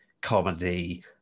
comedy